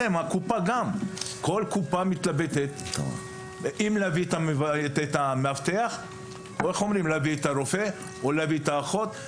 כל קופה מתלבטת אם להביא את המאבטח או את הרופא או להביא את האחות,